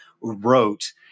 wrote